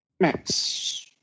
Max